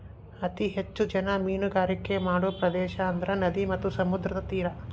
ಅತೇ ಹೆಚ್ಚ ಜನಾ ಮೇನುಗಾರಿಕೆ ಮಾಡು ಪ್ರದೇಶಾ ಅಂದ್ರ ನದಿ ಮತ್ತ ಸಮುದ್ರದ ತೇರಾ